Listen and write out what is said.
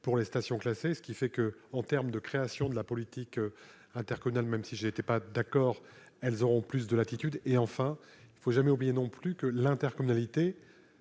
pour les stations classées, ce qui fait que, en termes de création de la politique intercommunal, même si j'étais pas d'accord, elles auront plus de latitude, et enfin, il ne faut jamais oublier non plus que l'intercommunalité,